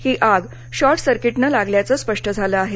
ही आग शॉर्ट सर्किटनं लागल्याचं स्पष्ट झालं आहे